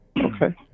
Okay